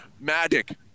Magic